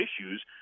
issues